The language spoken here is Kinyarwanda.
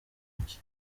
ntoki